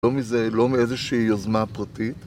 לא מאיזושהי יוזמה פרטית,